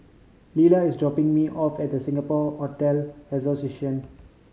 Lela is dropping me off at Singapore Hotel Association